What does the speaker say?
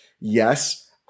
Yes